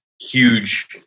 huge